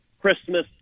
Christmas